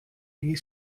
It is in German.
die